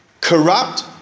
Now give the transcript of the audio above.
corrupt